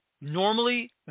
Normally